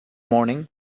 morning